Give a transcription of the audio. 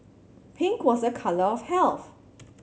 pink was a colour of health